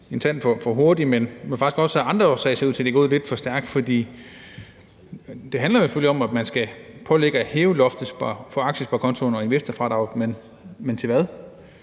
en tand for hurtigt, men der er faktisk også andre årsager til, at det ser ud til, at det er gået lidt for stærkt. Det handler jo selvfølgelig om, at man skal pålægge at hæve loftet for aktiesparekontoen og investorfradraget, men til hvad?